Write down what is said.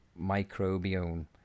microbiome